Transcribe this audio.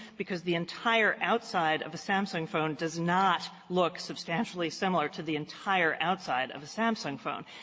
because the entire outside of a samsung phone does not look substantially similar to the entire outside of a samsung phone.